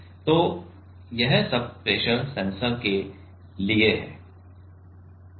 तो यह सब प्रेशर सेंसर के लिए है